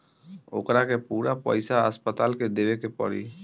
ओकरा के पूरा पईसा अस्पताल के देवे के पड़ी